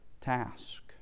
task